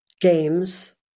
games